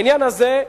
בעניין הזה,